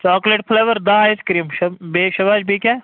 chocolate flavour دَہ ice cream بیٚیہِ شَباش بیٚیہِ کیٛاہ